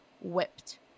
whipped